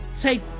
take